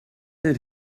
did